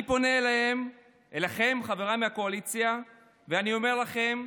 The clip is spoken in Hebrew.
אני פונה אליכם, חבריי מהקואליציה, ואני אומר לכם: